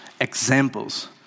examples